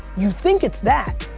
you think it's that,